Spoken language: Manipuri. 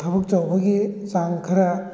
ꯊꯕꯛ ꯇꯧꯕꯒꯤ ꯆꯥꯡ ꯈꯔ